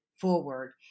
forward